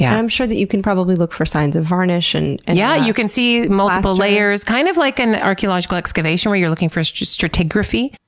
yeah i'm sure that you can probably look for signs of varnish. plaster. and and yeah, you can see multiple layers, kind of like an archaeological excavation where you're looking for stratigraphy.